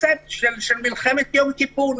לקונספט של מלחמת יום כיפור.